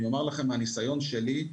אני אומר לכם מהניסיון שלי,